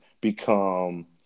become –